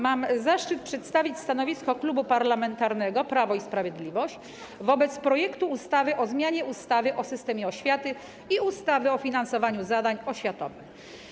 Mam zaszczyt przedstawić stanowisko Klubu Parlamentarnego Prawo i Sprawiedliwość wobec projektu ustawy o zmianie ustawy o systemie oświaty i ustawy o finansowaniu zadań oświatowych.